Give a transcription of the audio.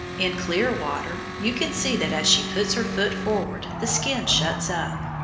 in clear water you can see that as she puts her foot forward the skin shuts up,